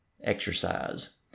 exercise